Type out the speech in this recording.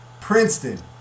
Princeton